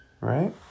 right